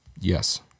Yes